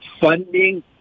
funding